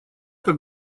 как